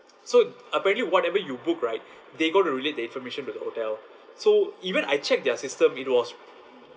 so apparently whatever you book right they gotta relay the information to the hotel so even I check their system it was